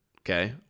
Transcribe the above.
okay